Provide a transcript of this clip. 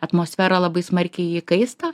atmosfera labai smarkiai įkaista